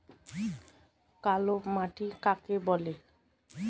কালো মাটি কাকে বলে?